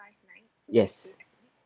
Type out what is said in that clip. yes